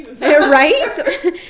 Right